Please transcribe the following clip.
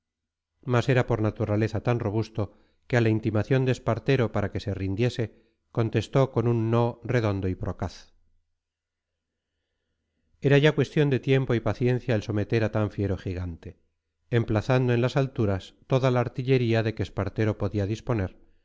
mas era por naturaleza tan robusto que a la intimación de espartero para que se rindiese contestó con un no redondo y procaz era ya cuestión de tiempo y paciencia el someter a tan fiero gigante emplazando en las alturas toda la artillería de que espartero podía disponer